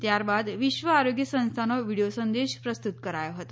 ત્યારબાદ વિશ્વ આરોગ્ય સંસ્થાનો વિડિયો સંદેશ પ્રસ્તુત કરાયો હતો